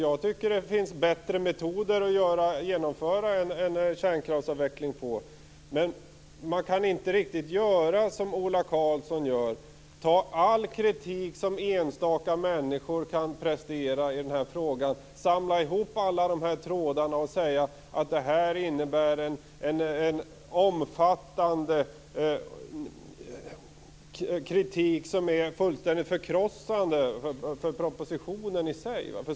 Jag tycker att det finns bättre metoder att använda för att genomföra en kärnkraftsavveckling. Men det går inte att göra som Ola Karlsson, nämligen framföra all kritik som enstaka människor kan prestera i frågan och säga att detta innebär en omfattande kritik som är fullständigt förkrossande för propositionen i sig.